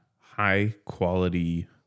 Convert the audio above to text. high-quality